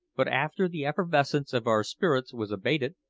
but after the effervescence of our spirits was abated,